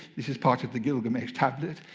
this is part of the gilgamesh tablet.